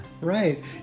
right